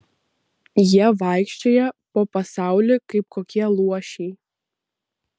jie vaikščioja po pasaulį kaip kokie luošiai